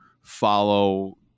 follow